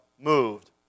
moved